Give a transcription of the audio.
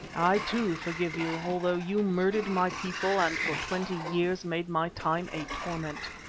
i, too, forgive you, although you murdered my people and for twenty years made my time a torment,